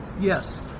Yes